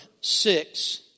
six